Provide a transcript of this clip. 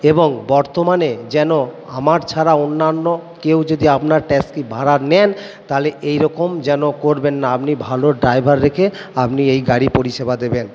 এবং বর্তমানে যেন আমার ছাড়া অন্যান্য কেউ যদি আপনার ট্যাক্সি ভাড়া নেন তাহলে এইরকম যেন করবেন না আপনি ভালো ড্রাইভার রেখে আপনি এই গাড়ি পরিষেবা দেবেন